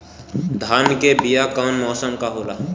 धान के बीया कौन मौसम में होला?